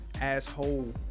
asshole